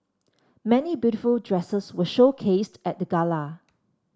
many beautiful dresses were showcased at the gala